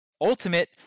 Ultimate